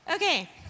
Okay